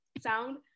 sound